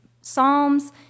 psalms